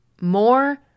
more